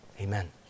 Amen